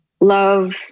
love